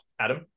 Adam